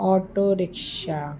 auto rickshaw